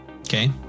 okay